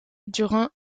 durant